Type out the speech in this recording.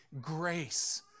grace